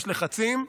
יש לחצים.